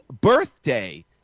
birthday